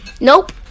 Nope